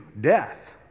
death